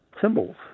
symbols